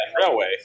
Railway